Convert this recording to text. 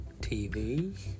TV